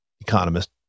economist